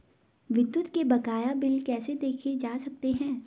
विद्युत के बकाया बिल कैसे देखे जा सकते हैं?